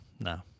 no